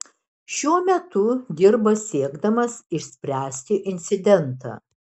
šiuo metu dirba siekdamas išspręsti incidentą